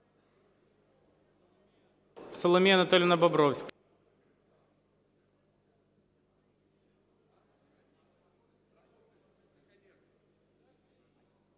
Соломія Анатоліївна Бобровська.